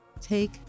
take